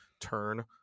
turn